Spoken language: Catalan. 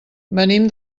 venim